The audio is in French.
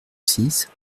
six